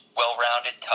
well-rounded